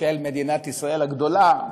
של מדינת ישראל הגדולה.